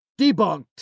debunked